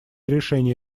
решения